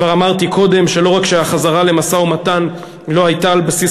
כבר אמרתי קודם שלא רק שהחזרה למשא-ומתן לא הייתה על בסיס